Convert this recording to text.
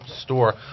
store